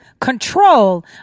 control